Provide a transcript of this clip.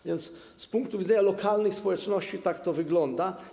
A więc z punktu widzenia lokalnych społeczności tak to wygląda.